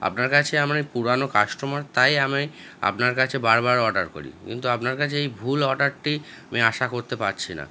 আপনার কাছে আমরা এই পুরানো কাস্টমার তাই আমি আপনার কাছে বারবার অর্ডার করি কিন্তু আপনার কাছে এই ভুল অডারটি আমি আশা করতে পারছি না